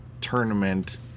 tournament